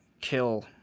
kill